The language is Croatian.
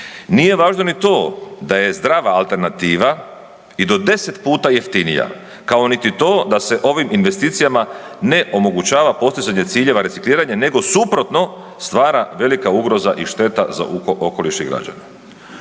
Nije važno ni to da je zdrava alternativa i do 10 puta jeftinija kao niti to da se ovim investicijama ne omogućava postizanje ciljeva recikliranja nego suprotno stvara velika ugroza i šteta za okoliš i građane.